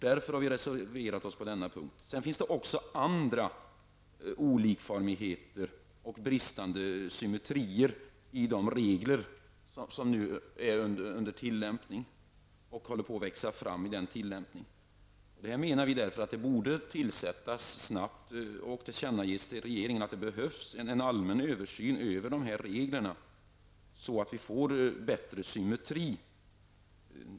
Därför har vi reserverat oss på den punkten. Sedan finns det också andra olikformigheter och bristande symmetrier i de regler som nu är under tillämpning och håller på att växa fram i den tillämpningen. Vi menar därför att det snabbt borde göras -- och tillkännages för regeringen att det behövs -- en allmän översyn av reglerna, så att vi får bättre symmetri.